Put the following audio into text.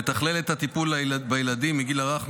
היא תתכלל את הטיפול בילדים בגיל הרך,